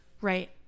Right